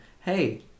hey